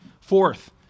Fourth